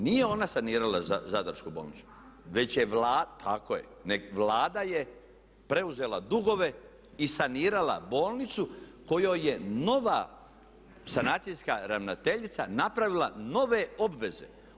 Nije ona sanirala Zadarsku bolnicu već je… … [[Upadica se ne čuje.]] Tako je, nego Vlada je preuzela dugove i sanirala bolnicu kojoj je nova sanacijska ravnateljica napravila nove obveze.